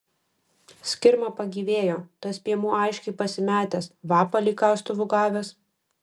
skirma pagyvėjo tas piemuo aiškiai pasimetęs vapa lyg kastuvu gavęs